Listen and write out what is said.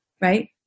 right